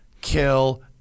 kill